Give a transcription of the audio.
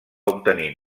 obtenir